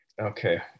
okay